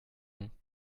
non